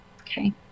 Okay